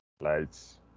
Lights